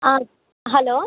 ఆ హలో